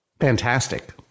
Fantastic